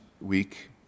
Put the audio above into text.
week